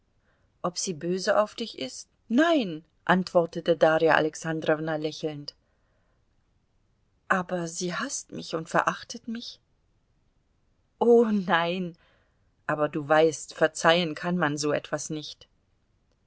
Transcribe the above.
ob sie auf dich böse ist nein antwortete darja alexandrowna lächelnd aber sie haßt mich und verachtet mich o nein aber du weißt verzeihen kann man so etwas nicht